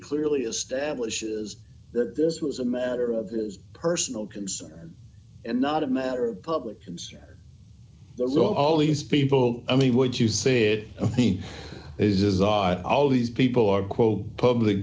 clearly establishes that this was a matter of his personal concern and not a matter of public concern so all these people i mean what you say it is is ought all these people are quote public